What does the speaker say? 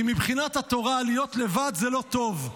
כי מבחינת התורה להיות לבד זה לא טוב.